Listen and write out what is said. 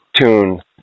tune